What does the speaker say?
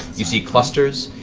you see clusters,